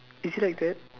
is it like that